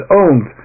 owned